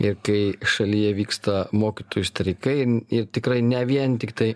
ir kai šalyje vyksta mokytojų streikai ir tikrai ne vien tiktai